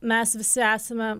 mes visi esame